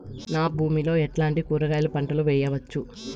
నా భూమి లో ఎట్లాంటి కూరగాయల పంటలు వేయవచ్చు?